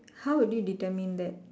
how would you determine that